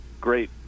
great